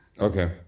Okay